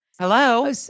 Hello